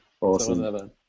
Awesome